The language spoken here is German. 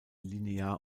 linear